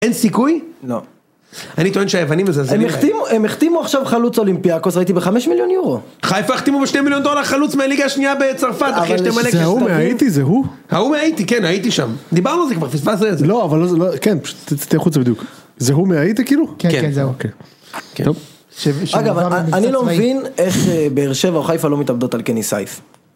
אין סיכוי? לא. אני טוען שהיוונים מזלזלים בהם. הם החתימו, הם החתימו עכשיו חלוץ אולימפיאקוס, ראיתי בחמש מיליון יורו. חיפה החתימו בשתי מיליון דולר חלוץ מהליגה השנייה בצרפת, אחרי שאתם ?????. זה ההוא מהאיטי, זה הוא. ההוא מהאיטי, כן, הייתי שם. דיברנו על זה כבר, פספסת את זה. לא, אבל לא, כן, יצאתי החוצה בדיוק. זה ההוא מהאיטי, כאילו? כן, כן, זה ההוא, כן. טוב. אגב, אני לא מבין איך באר שבע או חיפה לא מתאבדות על קני סייף.